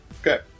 okay